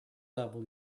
level